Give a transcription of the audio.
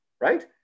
right